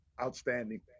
Outstanding